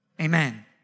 Amen